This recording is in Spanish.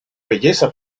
belleza